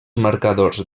marcadors